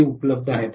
ते उपलब्ध आहेत